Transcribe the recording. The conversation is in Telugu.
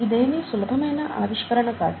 ఇదేమి సులభమైన ఆవిష్కరణ కాదు